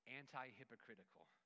anti-hypocritical